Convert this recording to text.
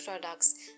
products